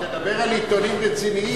תדבר על עיתונים רציניים.